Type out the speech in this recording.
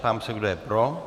Ptám se, kdo je pro.